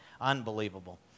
unbelievable